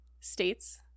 states